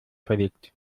verlegt